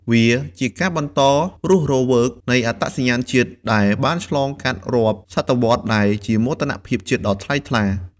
វាជាការបន្តរស់រវើកនៃអត្តសញ្ញាណជាតិដែលបានឆ្លងកាត់រាប់សតវត្សរ៍ ដែលជាមោទនភាពជាតិដ៏ថ្លៃថ្លា។